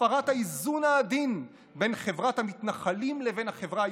הפרת האיזון העדין בין חברת המתנחלים לבין החברה הישראלית.